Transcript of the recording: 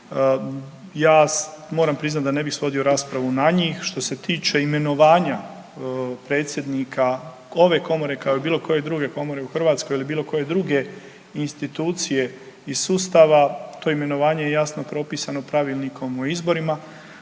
Ja moram priznat da ne bih svodio raspravu na njih. Što se tiče imenovanja predsjednika ove komore, kao i bilo koje druge komore u Hrvatskoj ili bilo koje druge institucije iz sustava to imenovanje je jasno propisano Pravilnikom o izborima.